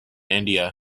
india